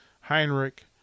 Heinrich